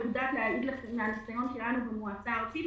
אני יודעת להגיד לכם מהניסיון שלנו במועצה הארצית,